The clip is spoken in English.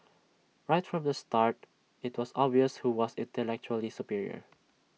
right from the start IT was obvious who was intellectually superior